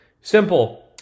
Simple